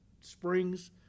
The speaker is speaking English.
springs